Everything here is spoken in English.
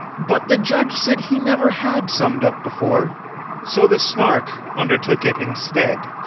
but the judge said he never had summed up before so the snark undertook it instead,